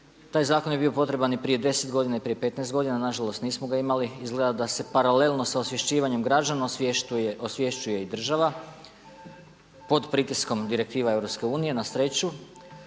Taj zakon je bio potreban i prije 10 godina i prije 15 godina, nažalost nismo ga imali, izgleda da se paralelno sa osvješćivanjem građana osvješćuje i država pod pritiskom direktiva EU na sreću.